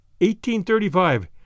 1835